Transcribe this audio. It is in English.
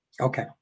Okay